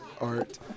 Art